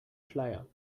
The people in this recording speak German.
schleier